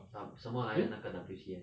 what 什么来的那个 W_C_S